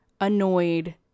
annoyed